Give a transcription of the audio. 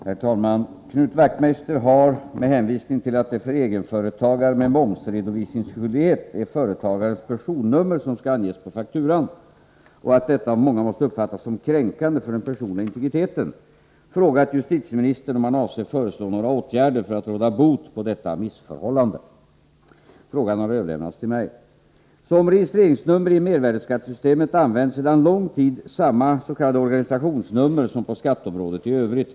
Herr talman! Knut Wachtmeister har — med hänvisning till att det för egenföretagare med momsredovisningsskyldighet är företagarens personnummer som skall anges på faktura och att detta av många måste uppfattas som kränkande för den personliga integriteten — frågat justitieministern om han avser föreslå några åtgärder för att råda bot på detta missförhållande. Frågan har överlämnats till mig. Som registreringsnummer i mervärdeskattesystemet används sedan lång tid samma s.k. organisationsnummer som på skatteområdet i övrigt.